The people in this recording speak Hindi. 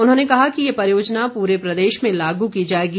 उन्होंने कहा कि यह परियोजना पूरे प्रदेश में लागू की जाएगी